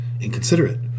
inconsiderate